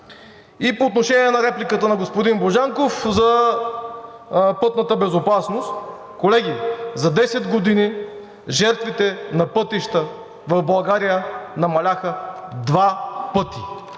По отношение на репликата на господин Божанков за пътната безопасност. Колеги, за 10 години жертвите на пътища в България намаляха два пъти